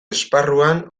esparruan